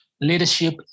Leadership